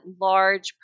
large